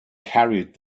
carried